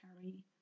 carry